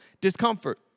discomfort